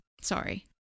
Sorry